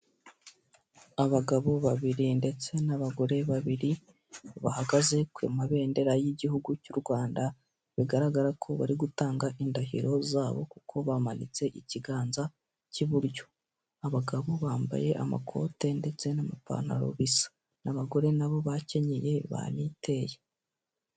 Abagabo babiri ndetse n'abagore babiri bahagaze ku mabendera y'igihugu cy'u Rwanda bigaragara ko bari gutanga indahiro zabo kuko bamanitse ikiganza cy'iburyo. Abagabo bambaye amakote ndetse n'amapantaro bisa n'abagore nabo bakenyeye baniteye.